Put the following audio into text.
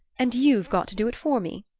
and you've got to do it for me.